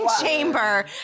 chamber